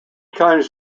claims